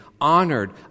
honored